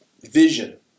vision